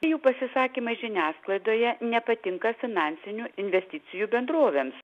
jų pasisakymai žiniasklaidoje nepatinka finansinių investicijų bendrovėms